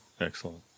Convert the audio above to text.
Excellent